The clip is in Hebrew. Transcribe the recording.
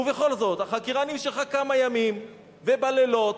ובכל זאת, החקירה נמשכה כמה ימים, ובלילות.